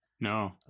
no